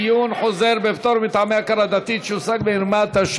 עיון חוזר בפטור מטעמי הכרה דתית שהושג במרמה),